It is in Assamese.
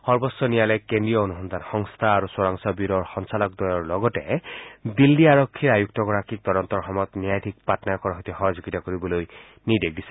সৰ্বোচ্চ ন্যায়ালয়ে কেন্দ্ৰীয় অনুসন্ধান সংস্থা আৰু চোৰাংচোৱা ব্যুৰ'ৰ সঞ্চালকদ্বয়ৰ লগতে দিল্লী আৰক্ষী আয়ুক্তগৰাকীক তদন্তৰ সময়ত ন্যায়াধীশ পাটনায়কৰ সৈতে সহযোগিতা কৰিবলৈ নিৰ্দেশ দিছে